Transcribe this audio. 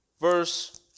verse